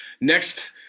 Next